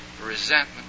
resentment